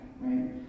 right